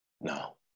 No